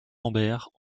lambert